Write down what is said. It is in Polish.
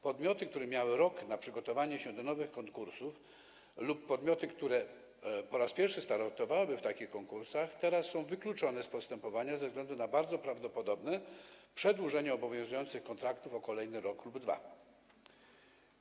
Podmioty, które miały rok na przygotowanie się do nowych konkursów, lub podmioty, które po raz pierwszy startowały w takich konkursach, teraz są wykluczone z postępowania ze względu na bardzo prawdopodobne przedłużenie obowiązujących kontraktów o kolejny rok lub 2 lata.